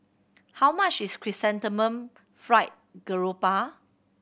how much is Chrysanthemum Fried Garoupa